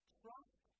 trust